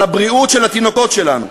על הבריאות של התינוקות שלנו.